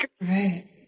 Right